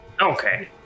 Okay